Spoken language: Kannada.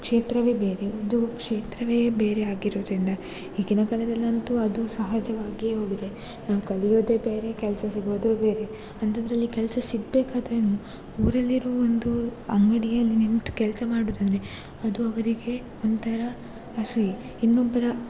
ಕ್ಷೇತ್ರವೇ ಬೇರೆ ಉದ್ಯೋಗ ಕ್ಷೇತ್ರವೇ ಬೇರೆ ಆಗಿರೋದರಿಂದ ಈಗಿನ ಕಾಲದಲ್ಲಂತೂ ಅದು ಸಹಜವಾಗಿಯೇ ಹೋಗಿದೆ ನಾವು ಕಲಿಯೋದೇ ಬೇರೆ ಕೆಲಸ ಸಿಗೋದೇ ಬೇರೆ ಅಂಥದ್ದರಲ್ಲಿ ಕೆಲಸ ಸಿಗ್ಬೇಕಾದ್ರೆಯೂ ಊರಲ್ಲಿರುವ ಒಂದು ಅಂಗಡಿಯಲ್ಲಿ ನಿಂತು ಕೆಲಸ ಮಾಡುವುದಂದ್ರೆ ಅದು ಅವರಿಗೆ ಒಂಥರ ಅಸೂಯೆ ಇನ್ನೊಬ್ಬರ